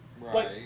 Right